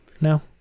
No